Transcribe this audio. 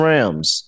Rams